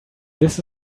this